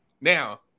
Now